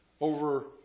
over